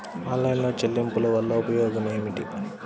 Online చెల్లింపుల వల్ల ఉపయోగమేమిటీ?